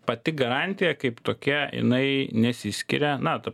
pati garantija kaip tokia jinai nesiskiria na ta